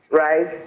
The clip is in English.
right